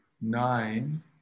nine